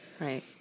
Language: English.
Right